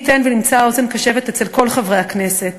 מי ייתן ונמצא אוזן קשבת אצל כל חברי הכנסת.